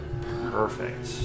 Perfect